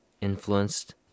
influenced